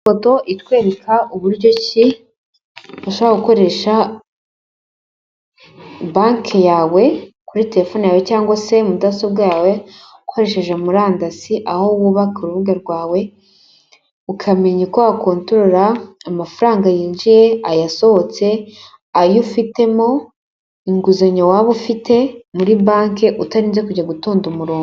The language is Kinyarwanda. Ifoto itwereka uburyo ki ushobora gukoresha banki yawe kuri terefone yawe cyangwa se mudasobwa yawe ukoresheje murandasi, aho wubaka urubuga rwawe ukamenya uko wakontorora amafaranga yinjiye, ayasohotse, ayo ufitemo, inguzanyo waba ufite muri banki utarinze kujya gutonda umurongo.